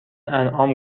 انعام